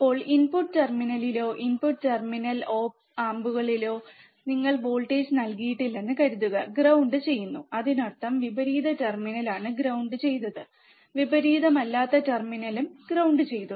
ഇപ്പോൾ ഇൻപുട്ട് ടെർമിനലിലോ input terminal op ആമ്പുകളിലോ നിങ്ങൾ വോൾട്ടേജ് നൽകിയിട്ടില്ലെന്ന് കരുതുക ഗ്രൌണ്ട് ചെയ്യുന്നു അതിനർത്ഥം വിപരീത ടെർമിനലാണ് ഗ്രൌണ്ട് ചെയ്തു വിപരീതമല്ലാത്ത ടെർമിനൽ ഗ്രൌണ്ട് ചെയ്തു